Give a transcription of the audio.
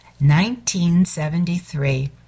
1973